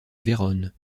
vérone